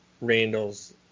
Randall's